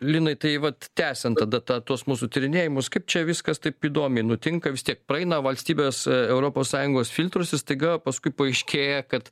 linai tai vat tęsiant tada tą tuos mūsų tyrinėjimus kaip čia viskas taip įdomiai nutinka vis tiek praeina valstybės europos sąjungos filtruose staiga paskui paaiškėja kad